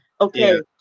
okay